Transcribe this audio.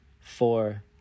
four